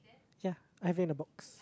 ya I have it in a box